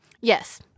Yes